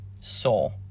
soul